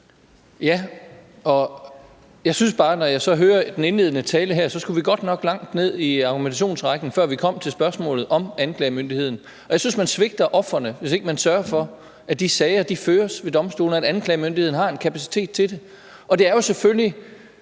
(RV): Jeg synes bare, når jeg hører den indledende tale her, at vi godt nok skulle langt ned i argumentationsrækken, før vi kom til spørgsmålet om anklagemyndigheden. Og jeg synes, at man svigter ofrene, hvis ikke man sørger for, at de sager føres ved domstolene, altså at anklagemyndigheden har en kapacitet til det. Det er selvfølgelig